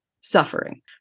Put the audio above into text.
suffering